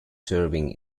serving